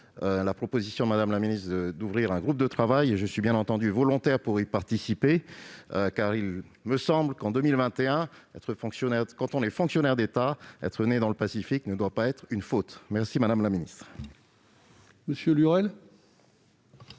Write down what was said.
la proposition de Mme la ministre de créer un groupe de travail et je suis, bien entendu, volontaire pour y participer, car il me semble qu'en 2021, quand on est fonctionnaire d'État, être né dans le Pacifique ne doit pas être une faute. La parole est